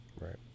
right